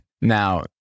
Now